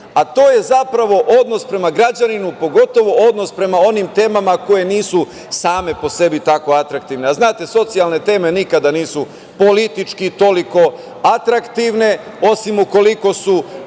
a to je zapravo odnos prema građaninu, pogotovo odnos prema onim temama koje nisu same po sebi tako atraktivne. Znate, socijalne teme nikada nisu politički atraktivne, osim ukoliko su